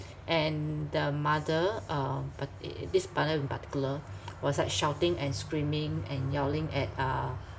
and the mother uh part~ i~ i~ this mother in particular was like shouting and screaming and yelling at uh